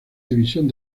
división